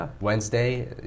Wednesday